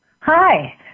Hi